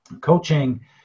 Coaching